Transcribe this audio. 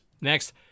next